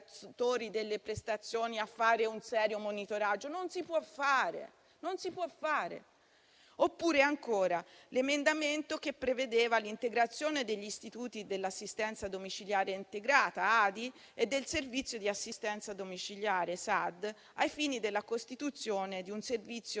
delle prestazioni, a fare un serio monitoraggio? Non si può fare. Cito inoltre l'emendamento che prevedeva l'integrazione degli istituti dell'assistenza domiciliare integrata (ADI) e del servizio di assistenza domiciliare (SAD), ai fini della costituzione di un servizio